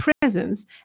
presence